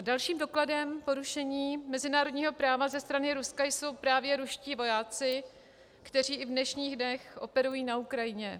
Dalším dokladem porušení mezinárodního práva ze strany Ruska jsou právě ruští vojáci, kteří i v dnešních dnech operují na Ukrajině.